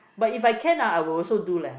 but if I can ah I will also do leh